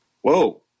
whoa